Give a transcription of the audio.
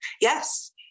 Yes